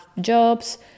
jobs